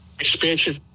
...expansion